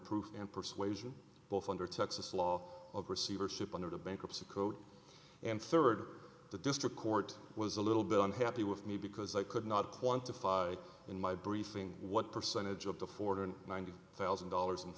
proof and persuasion both under texas law of receivership under the bankruptcy code and third the district court was a little bit unhappy with me because i could not quantify in my briefing what percentage of the four hundred ninety thousand dollars